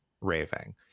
raving